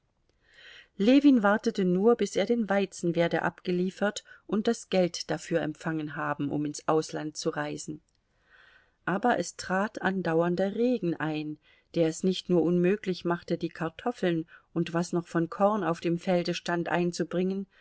ljewin wartete nur bis er den weizen werde abgeliefert und das geld dafür empfangen haben um ins ausland zu reisen aber es trat andauernder regen ein der es nicht nur unmöglich machte die kartoffeln und was noch von korn auf dem felde stand einzubringen